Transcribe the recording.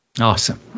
Awesome